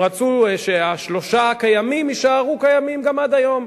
הם רצו שהשלושה הקיימים יישארו קיימים גם עד היום,